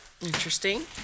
Interesting